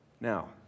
Now